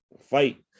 fight